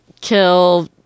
kill